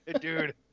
Dude